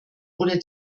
oder